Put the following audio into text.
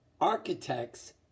Architects